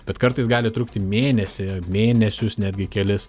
bet kartais gali trukti mėnesį mėnesius netgi kelis